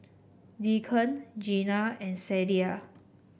Deacon Jeana and Sadye